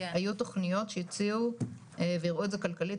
היו תכניות שהציעו והראו את זה כלכלית,